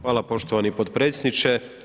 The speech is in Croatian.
Hvala poštovani potpredsjedniče.